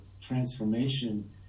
transformation